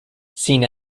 seen